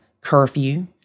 curfew